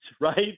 right